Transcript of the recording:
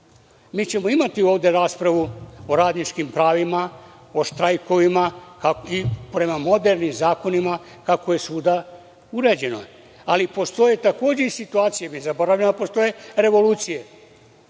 Mi ćemo imati ovde raspravu o radničkim pravima, o štrajkovima i prema modernim zakonima, kako je svuda urađeno, ali postoje takođe situacije, mi zaboravljamo da postoje, revolucije,